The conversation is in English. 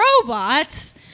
robots